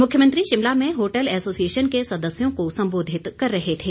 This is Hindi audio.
मुख्यमंत्री शिमला में होटल एसोसिएशन के सदस्यों को संबोधित कर रहे थे